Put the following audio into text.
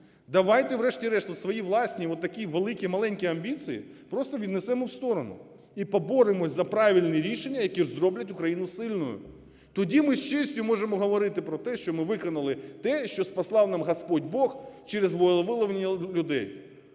Давайте врешті-решт свої власні, такі великі, маленькі амбіції, просто віднесемо в сторону і поборемося за правильні рішення, які зроблять Україну сильною. Тоді ми з честю можемо говорити про те, що ми виконали те, що послав нам Господь Бог через волевиявлення людей.